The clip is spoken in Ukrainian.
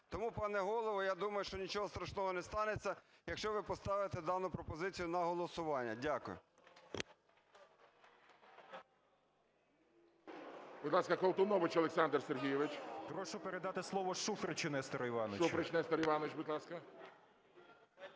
Тому, пане Голово, я думаю, що нічого страшного не станеться, якщо ви поставите дану пропозицію на голосування. Дякую.